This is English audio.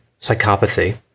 psychopathy